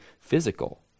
physical